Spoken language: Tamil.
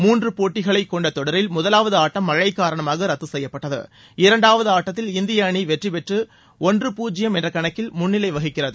மூன்று போட்டிகளை கொண்ட தொடரில் முதலாவது ஆட்டம் மழை காரணமாக ரத்து செய்யப்பட்டது இரண்டாவது ஆட்டத்தில் இந்திய அணி வெற்றி பெற்று ஒன்றுக்க பூஜ்யம் என்ற கணக்கில் முன்னிலை வகிக்கிறது